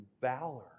valor